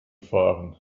fahren